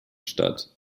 statt